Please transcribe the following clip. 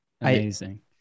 Amazing